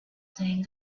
saying